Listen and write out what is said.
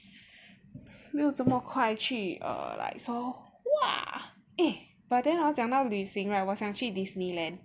没有这么快去 err like so !wah! eh but then hor 讲到旅行 right 我想去 Disneyland